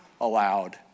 allowed